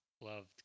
loved